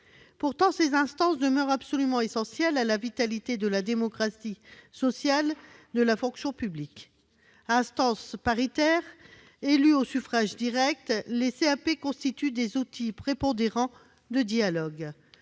Pourtant, ces instances demeurent absolument essentielles à la vitalité de la démocratie sociale de la fonction publique. Instances paritaires élues au suffrage direct, les CAP constituent des outils prépondérants de dialogue.